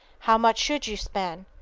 how much should you spend?